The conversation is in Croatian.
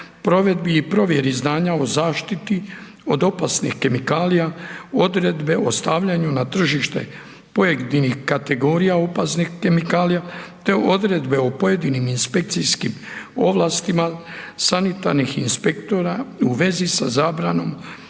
Provedbi i provjeri znanja o zaštiti od opasnih kemikalija, Odredbe o stavljanju na tržište pojedinih kategorija opasnih kemikalija, te Odredbe o pojedinim inspekcijskim ovlastima sanitarnih inspektora u vezi sa zabranom